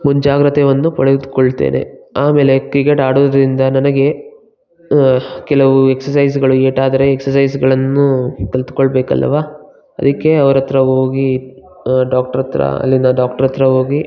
ಮುಂಜಾಗ್ರತೆಯನ್ನು ಪಡೆದುಕೊಳ್ತೇನೆ ಆಮೇಲೆ ಕ್ರಿಕೆಟ್ ಆಡೋದ್ರಿಂದ ನನಗೆ ಕೆಲವು ಎಕ್ಸಸೈಸ್ಗಳು ಏಟಾದರೆ ಎಕ್ಸಸೈಸ್ಗಳನ್ನು ಕಲಿತ್ಕೊಳ್ಬೇಕಲ್ಲವಾ ಅದಕ್ಕೆ ಅವ್ರತ್ರ ಹೋಗಿ ಡಾಕ್ಟ್ರತ್ರ ಅಲ್ಲಿನ ಡಾಕ್ಟ್ರತ್ರ ಹೋಗಿ